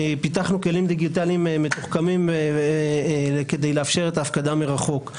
פיתחנו עבורו כלים דיגיטליים מתוחכמים כדי לאפשר לו את ההפקדה מרחוק.